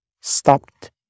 stopped